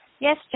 Yes